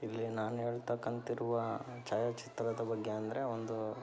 ಇಲ್ಲಿ ನಾನು ಹೇಳ್ತಕ್ಕಂತಿರುವ ಛಾಯಾಚಿತ್ರದ ಬಗ್ಗೆ ಅಂದರೆ ಒಂದು